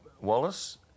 Wallace